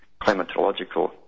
Climatological